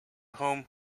home